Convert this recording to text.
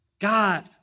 God